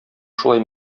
шулай